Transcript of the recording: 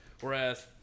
Whereas